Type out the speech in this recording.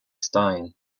stein